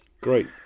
Great